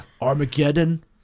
Armageddon